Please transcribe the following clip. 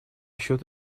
счет